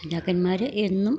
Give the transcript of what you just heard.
രാജാക്കന്മാര് എന്നും